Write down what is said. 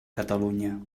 catalunya